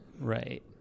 Right